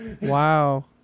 Wow